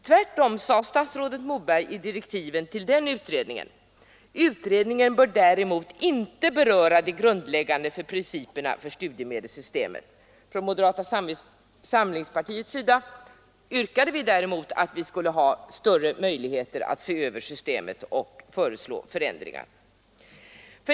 Tvärtom sade statsrådet Moberg i direktiven till utredningen: ”Utredningen bör däremot inte beröra de grundläggande principerna för studiemedelssystemet.” Från moderata samlingspartiets sida yrkade vi på att utredningen skulle ha större möjligheter att se över systemet och föreslå förändringar.